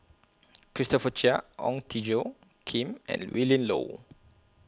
Christopher Chia Ong Tjoe Kim and Willin Low